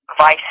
vice